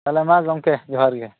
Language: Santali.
ᱛᱟᱦᱚᱞᱮ ᱢᱟ ᱜᱚᱢᱠᱮ ᱡᱚᱦᱟᱨ ᱜᱮ